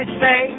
say